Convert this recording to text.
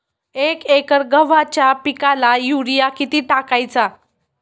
एक एकर गव्हाच्या पिकाला युरिया किती टाकायचा?